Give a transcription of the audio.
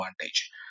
advantage